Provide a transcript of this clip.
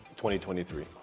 2023